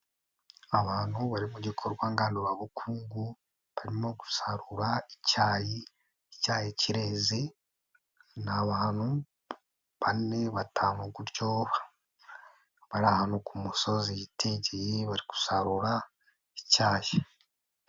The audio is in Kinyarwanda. Abantu bari mu gikorwa ngandurabukungu barimo gusarura icyayi, icyayi kirezi, ni abantu bane batanu gutyo bari ahantu ku musozi hitengeye bari gusarura icyayi.